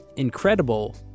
incredible